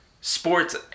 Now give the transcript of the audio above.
sports